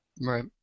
Right